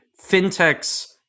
fintechs